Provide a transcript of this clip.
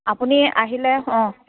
আপুনি আহিলে অ